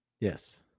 Yes